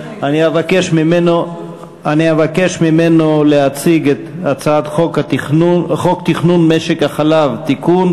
אני אבקש ממנו להציג את הצעת חוק תכנון משק החלב (תיקון),